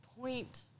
point